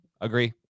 Agree